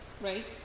right